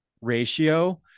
ratio